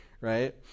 Right